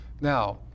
Now